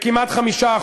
כמעט ב-5%.